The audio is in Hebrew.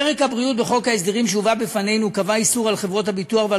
פרק הבריאות בחוק ההסדרים שהובא בפנינו קבע איסור על חברות הביטוח ועל